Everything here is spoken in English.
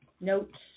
notes